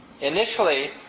initially